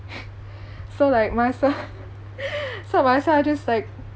so like might as we~ so might as well I just like